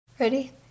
Ready